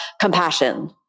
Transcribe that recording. compassion